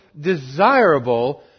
desirable